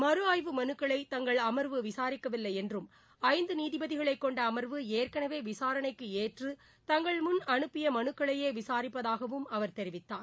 மறு ஆய்வு மனுக்களை தங்கள் அமர்வு விசாரிக்கவில்லை என்றும் ஐந்து நீதிபதிகளை கொண்ட அமர்வு ஏற்கனவே விசாரணைக்கு ஏற்று தங்கள் முன் அனுப்பிய மனுக்களையே விசாரிப்பதாகவும் அவர் தெரிவித்தார்